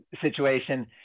situation